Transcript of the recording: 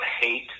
hate